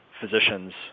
physicians